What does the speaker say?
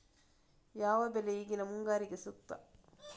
ಯಾವ ಬೆಳೆ ಈಗಿನ ಮುಂಗಾರಿಗೆ ಸೂಕ್ತ?